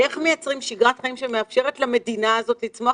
איך מייצרים שגרת חיים שמאפשרת למדינה הזאת לצמוח